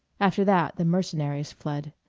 after that the mercenaries fled.